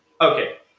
Okay